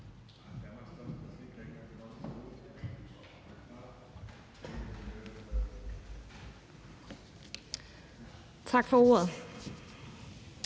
Tak for ordet.